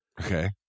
okay